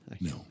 No